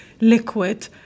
liquid